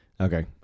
Okay